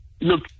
look